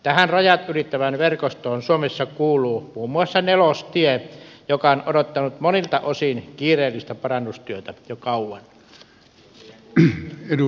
tähän rajat ylittävään verkostoon suomessa kuuluu muun muassa nelostie joka on odottanut monilta osin kiireellistä parannustyötä jo kauan